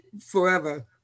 forever